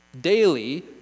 daily